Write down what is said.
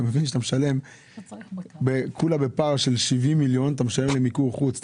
אתה מבין שאתה משלם בסך הכל בפער של 70 מיליון אתה משלם למיקור חוץ,